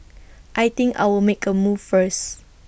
I think I'll make A move first